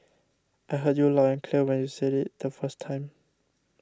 I heard you loud and clear when you said it the first time